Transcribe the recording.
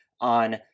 on